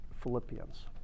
Philippians